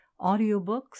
audiobooks